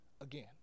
again